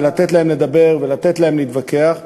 ולתת להם לדבר ולתת להם להתווכח,